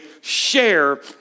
share